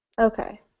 Okay